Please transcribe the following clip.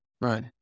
Right